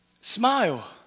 Smile